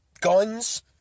guns